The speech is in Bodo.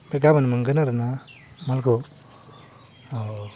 ओमफ्राय गाबोन मोनगोन आरो ना मालखौ औ